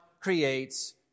creates